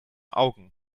augen